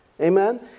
Amen